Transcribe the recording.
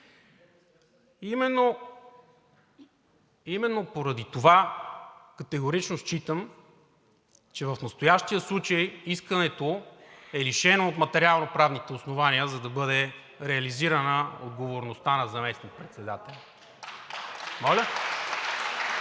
Именно поради това категорично считам, че в настоящия случай искането е лишено от материалноправните основания, за да бъде реализирана отговорността на заместник-председателя.